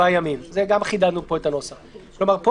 שבעוד כמה ימים --- סגן השר אמר שיש.